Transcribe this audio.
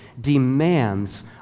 demands